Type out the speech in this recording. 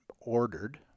ordered